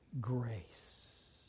grace